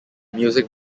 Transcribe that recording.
music